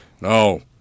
No